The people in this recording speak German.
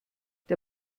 der